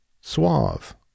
Suave